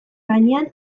gainean